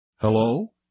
Hello